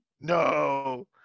No